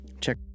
Check